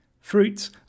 Fruits